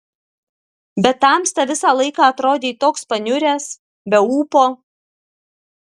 bet tamsta visą laiką atrodei toks paniuręs be ūpo